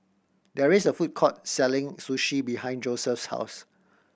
there is a food court selling Sushi behind Joesph's house